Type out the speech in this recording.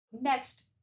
Next